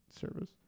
Service